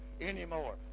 anymore